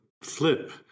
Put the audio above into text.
flip